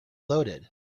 loaded